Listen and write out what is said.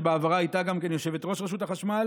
שבעברה הייתה גם כן יושבת-ראש רשות החשמל,